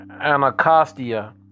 Anacostia